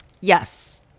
Yes